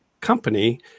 company